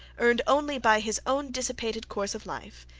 earned only by his own dissipated course of life,